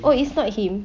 oh it's not him